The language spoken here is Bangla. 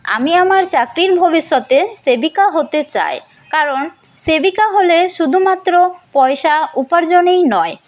আমি আমার চাকরির ভবিষ্যতে সেবিকা হতে চাই কারণ সেবিকা হলে শুধুমাত্র পয়সা উপার্জনই নয়